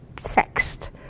sexed